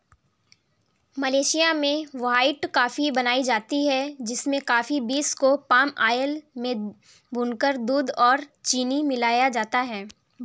Malaysia में white coffee बनाई जाती है जिसमें कॉफी बींस को पाम आयल में भूनकर दूध और चीनी मिलाया जाता है